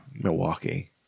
Milwaukee